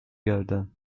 گردن